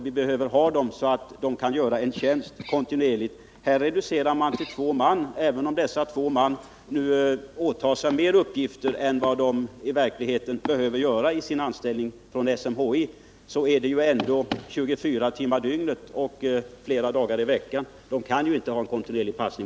Vi behöver ha vederbörande kvar så att de kan göra tjänst kontinuerligt. Här reducerar man till två man. Även om dessa två nu åtar sig flera uppgifter än de i verkligheten skulle behöva göra i | sin anställning hos SMHI, omfattar deras tjänst 24 timmar per dygn och flera dagar i veckan. Enbart två personer kan ju inte sköta kontinuerlig passning.